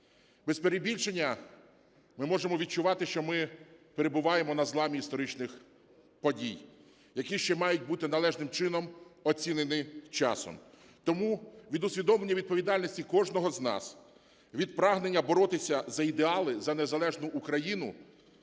Без перебільшення ми можемо відчувати, що ми перебуваємо на зламі історичних подій, які ще мають бути належним чином оцінені часом. Тому від усвідомлення відповідальності кожного з нас, від прагнення боротися за ідеали, за незалежну Україну